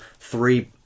three